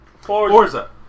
forza